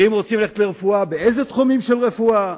ואם רוצים ללכת לרפואה, אילו תחומים של רפואה,